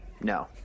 No